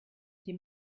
die